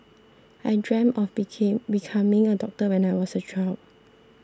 I dreamt of became becoming a doctor when I was a child